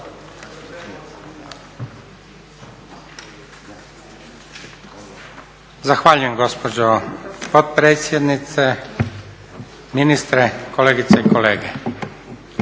Zahvaljujem gospođo potpredsjednice. Ministre, kolegice i kolege.